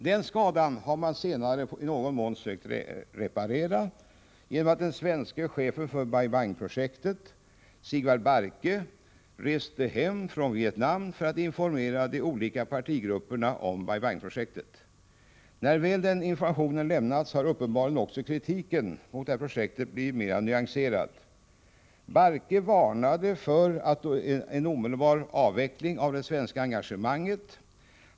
Den skadan har man senare i någon mån sökt reparera genom att den svenske chefen för Bai Bang-projektet, Sigvard Bahrke, reste hem från Vietnam för att informera de olika partigrupperna om projektet. När väl den informationen lämnats har uppenbarligen också kritiken av detta projekt blivit mer nyanserad. Sigvard Bahrke varnade för en omedelbar avveckling av det svenska engagemanget.